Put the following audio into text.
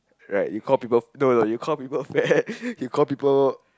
right you call people no no you call people ppl fat you call people